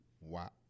Wow